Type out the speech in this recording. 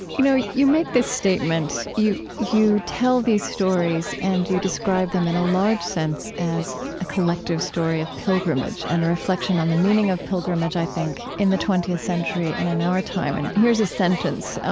you know you make this statement, you you tell these stories and you describe them, in a large sense, as a collective story of pilgrimage and a reflection on the meaning of pilgrimage, i think, in the twentieth century and in our time. and here's a sentence,